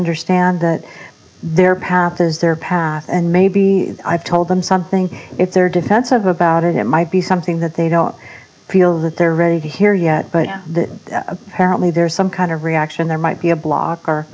understand that their path is their path and maybe i've told them something if they're defensive about it it might be something that they don't feel that they're ready to hear yet but apparently there's some kind of reaction there might be a blog or